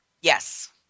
Yes